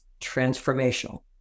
transformational